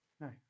No